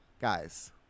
guys